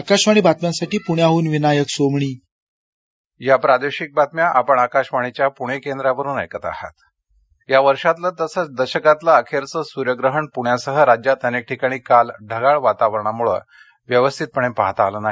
आकाशवाणी बातम्यांसाठी पुण्याह्न विनायक सोमणी सुर्यग्रहण या वर्षातलं तसंच दशकातलं अखेरचं सूर्यग्रहण पुण्यासह राज्यात अनेक ठिकाणी काल ढगाळ वातावरणामुळे व्यवस्थितपणे पाहता आलं नाही